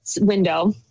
window